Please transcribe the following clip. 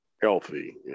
healthy